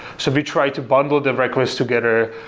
so we try to bundle the request together.